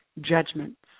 judgments